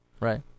Right